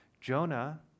Jonah